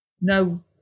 No